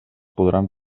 podran